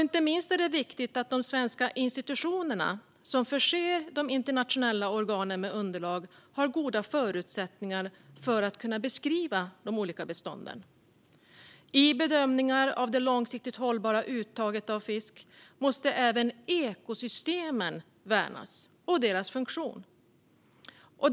Inte minst är det viktigt att de svenska institutioner som förser de internationella organen med underlag har goda förutsättningar att kunna beskriva de olika bestånden. I bedömningar av det långsiktigt hållbara uttaget av fisk måste även ekosystemen och deras funktion värnas.